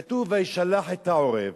כתוב: וישלח את העורב,